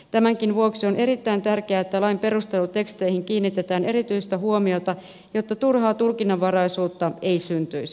tämänkin vuoksi on erittäin tärkeää että lain perusteluteksteihin kiinnitetään erityistä huomiota jotta turhaa tulkinnanvaraisuutta ei syntyisi